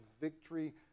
victory